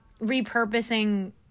repurposing